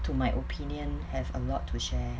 to my opinion have a lot to share